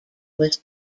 was